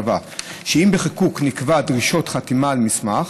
קבע שאם בחיקוק נקבעה דרישת חתימה על מסמך,